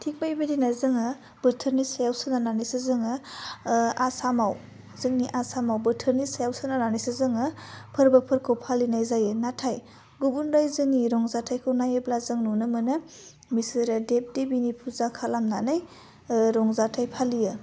थिग बेबायदिनो जोङो बोथोरनि सायाव सोनारनानैसो जोङो आसामाव जोंनि आसामाव बोथोरनि सायाव सोनारनानैसो जोङो फोरबोफोरखौ फालिनाय जायो नाथाय गुबुन रायजोनि रंजाथाइखौ नायोब्ला जों नुनो मोनो बिसोरो देभ देभिनि फुजा खालामनानै रंजाथाइ फालियो